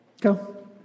Go